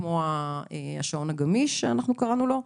כמו השעון הגמיש שאנחנו קראנו לו,